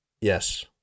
Yes